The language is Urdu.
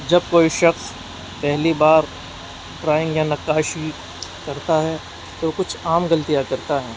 جب کوئی شخص پہلی بار ڈرائنگ یا نقاشی کرتا ہے تو کچھ عام غلطیاں کرتا ہیں